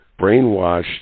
brainwashed